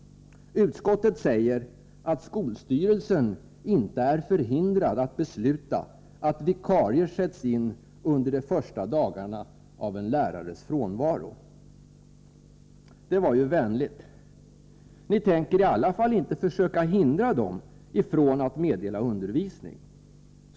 Utskottet säger att skolstyrelsen inte är förhindrad att besluta att vikarier sätts in under de första dagarna av en lärares frånvaro. Det var ju vänligt! Ni tänker i alla fall inte försöka hindra dem ifrån att meddela undervisning.